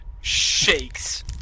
shakes